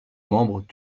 membres